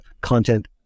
content